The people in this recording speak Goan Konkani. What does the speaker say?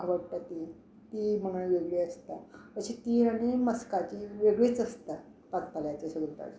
आवडटा ती ती म्हण वेगळी आसता अशी ती आनी मस्काची वेगळीच आसता पांचपाल्या अशी करपाची